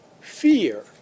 fear